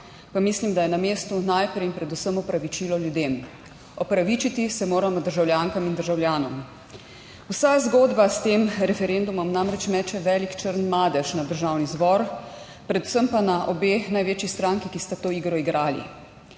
pa mislim, da je na mestu najprej in predvsem opravičilo ljudem. Opravičiti se moramo državljankam in državljanom. Vsa zgodba s tem referendumom namreč meče velik črn madež na Državni zbor, predvsem pa na obe največji stranki, ki sta to igro igrali.